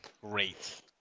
Great